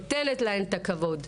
נותנת להן את הכבוד.